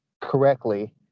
correctly